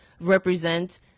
represent